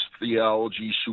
theology